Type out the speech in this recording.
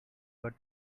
but